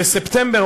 בספטמבר,